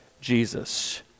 Jesus